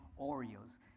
Oreos